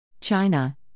China